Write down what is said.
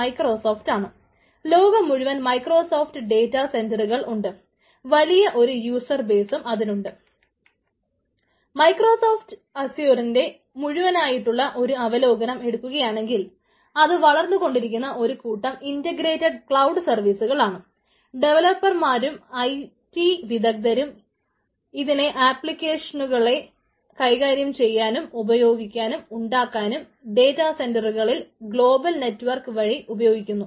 micro soft അസ്യൂറിന്റെ മുഴുവനായിട്ടുള്ള ഒരു അവലോകനം എടുക്കുകയാണെങ്കിൽ അത് വളർന്നുകൊണ്ടിരിക്കുന്ന ഒരു കൂട്ടം ഇന്റഗ്രേറ്റ്ട്ട് ക്ലൌഡ് സർവീസുകളാണ് വഴി ഉപയോഗിക്കുന്നു